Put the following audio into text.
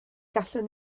gallwn